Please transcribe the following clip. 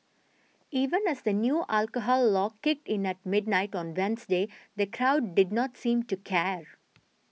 even as the new alcohol law kicked in at midnight on Wednesday the crowd did not seem to care